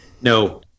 No